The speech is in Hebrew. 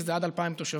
שזה עד 2,000 תושבים.